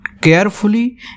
carefully